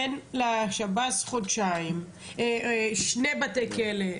ניתן לשב"ס חודשיים בשני בתי כלא.